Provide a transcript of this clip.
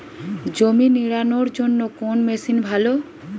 জমি নিড়ানোর জন্য কোন মেশিন ভালো?